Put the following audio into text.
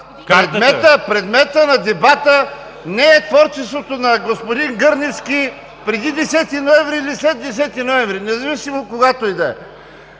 предметът на дебата не е творчеството на господин Гърневски – преди 10 ноември или след 10 ноември, независимо, когато и да е.